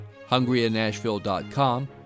hungryinnashville.com